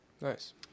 Nice